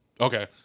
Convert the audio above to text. Okay